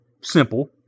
simple